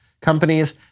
companies